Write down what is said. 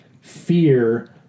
fear